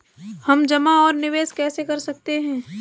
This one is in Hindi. हम जमा और निवेश कैसे कर सकते हैं?